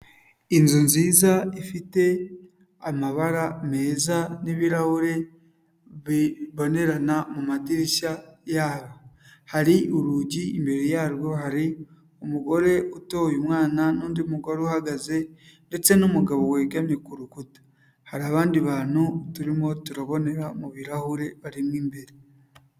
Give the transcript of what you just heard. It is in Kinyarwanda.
Inzu nziza ifite amabara meza n'ibirahure bibonerana mu madirishya yayo. Hari urugi imbere yarwo, hari umugore utoye umwana n'undi mugore uhagaze ndetse n'umugabo wegamye ku rukuta. Hari abandi bantu turimo turabonera mu birahure barimo imbere.